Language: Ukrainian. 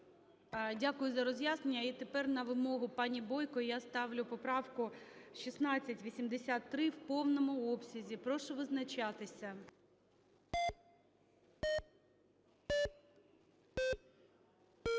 Дякую за роз'яснення. І тепер на вимогу пані Бойко я ставлю поправку 1683 в повному обсязі. Прошу визначатися.